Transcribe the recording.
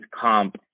comp